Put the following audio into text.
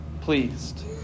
pleased